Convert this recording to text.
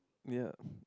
ya